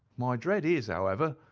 my dread is, however,